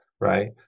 right